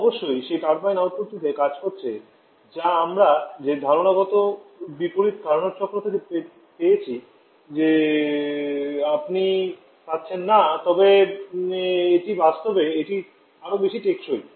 অবশ্যই সেই টারবাইন আউটপুটটিতে কাজ করছে যা আমরা যে ধারণাগত বিপরীত কার্নোট চক্র থেকে পেয়েছি যে আপনি পাচ্ছেন না তবে এটি বাস্তবে এটি আরও বেশি টেকসই